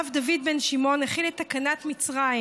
הרב דוד בן שמעון החיל את תקנת מצרים.